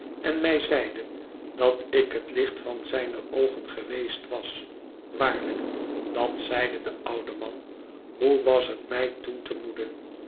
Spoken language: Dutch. en mij zeide dat ik het licht van zijne oogen geweest was waarlijk dat zeide de oude man hoe was het mij toen te moede